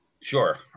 Sure